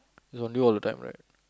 it's on you all the time right